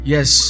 Yes